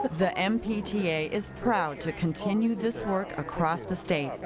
the mbta is proud to continue this work across the state.